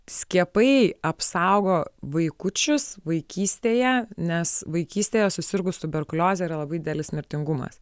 skiepai apsaugo vaikučius vaikystėje nes vaikystėje susirgus tuberkulioze yra labai didelis mirtingumas